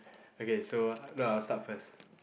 okay so no I'll start first